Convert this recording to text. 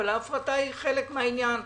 אבל ההפרטה היא חלק מהעניין.